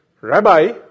Rabbi